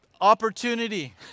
opportunity